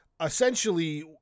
Essentially